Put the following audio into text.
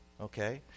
Okay